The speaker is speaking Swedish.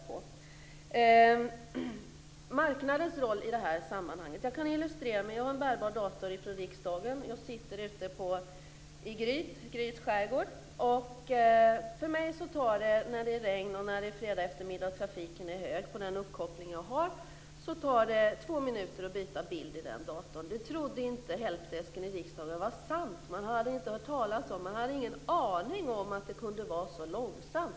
När det gäller marknadens roll i detta sammanhang kan jag illustrera med min bärbara dator som jag fått via riksdagen. Jag sitter ute i Gryts skärgård. När det regnar och det är fredag eftermiddag och trafiken är hög på den uppkoppling som jag har tar det två minuter att byta bild i min dator. Riksdagens Helpdesk trodde inte att det var sant när de fick reda på detta. Man hade inte hört talas om och hade ingen aning om att det kunde gå så långsamt.